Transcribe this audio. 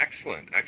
excellent